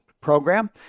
program